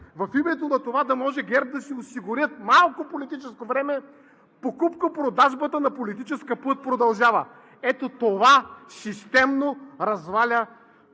в името на това да може ГЕРБ да си осигурят малко политическо време, покупко-продажбата на политическа плът продължава! Ето това системно разваля